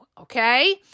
okay